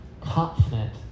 confident